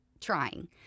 trying